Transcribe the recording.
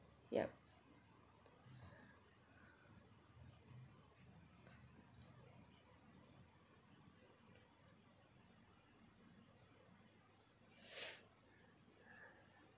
yup